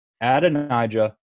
Adonijah